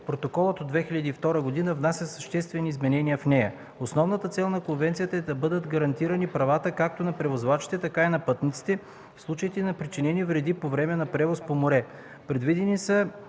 Протоколът от 2002 г. внася съществени изменения в нея. Основната цел на конвенцията е да бъдат гарантирани правата както на превозвачите, така и на пътниците, в случаите на причинени вреди по време на превоз по море.